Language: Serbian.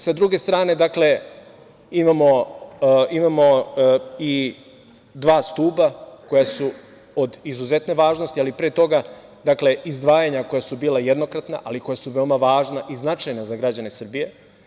Sa druge strane, dakle, imamo i dva stuba koja su od izuzetne važnosti, ali pre toga, dakle, izdvajanja koja su bila jednokratna, ali koja su veoma važna i značajna za građane Srbije.